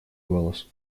голос